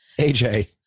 AJ